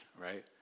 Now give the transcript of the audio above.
right